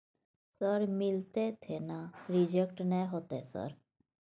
Sir मिलते थे ना रिजेक्ट नय होतय सर?